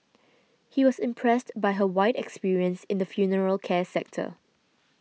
he was impressed by her wide experience in the funeral care sector